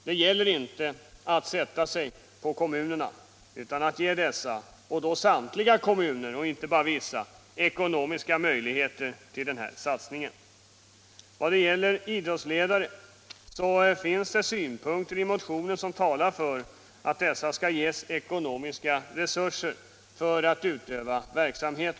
Det gäller inte att sätta sig på kommunerna utan att ge dessa, och då samtliga kommuner och inte bara vissa, ekonomiska möjligheter till den här satsningen. Vad gäller idrottsledare anges i motionen skäl som talar för att dessa skall ges ekonomiska resurser för att kunna utöva sin verksamhet.